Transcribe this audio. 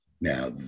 Now